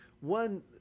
one